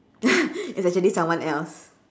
it's actually someone else